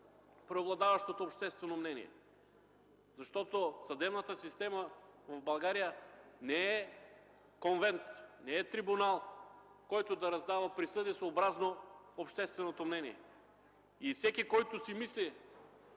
преобладаващото обществено мнение, защото съдебната система в България не е конвент, не е трибунал, който да раздава присъди съобразно общественото мнение. Всеки, който мисли